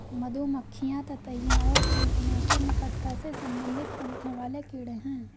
मधुमक्खियां ततैया और चींटियों से निकटता से संबंधित पंखों वाले कीड़े हैं